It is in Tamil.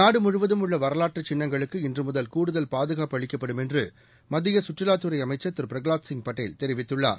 நாடுமுழுவதும் உள்ளவரலாற்றுசின்னங்களுக்கு இன்றுமுதல் கூடுதல் பாதுகாப்பு அளிக்கப்படும் என்றுமத்தியசுற்றுலாதுறைஅமைச்சர் திரு பிரகலாத் சிங் பட்டேல் தெரிவித்துள்ளார்